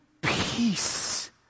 peace